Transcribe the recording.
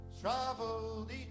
Traveled